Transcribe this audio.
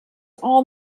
all